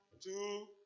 two